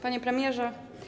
Panie Premierze!